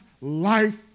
life